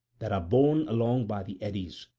that are borne along by the eddies,